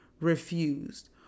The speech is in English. refused